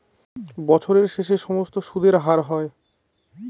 বছরের শেষে সমস্ত সুদের হার হয়